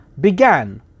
began